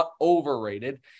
overrated